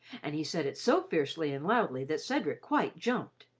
and he said it so fiercely and loudly that cedric quite jumped.